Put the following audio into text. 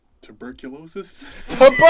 tuberculosis